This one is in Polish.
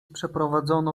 przeprowadzono